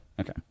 Okay